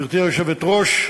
גברתי היושבת-ראש,